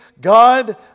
God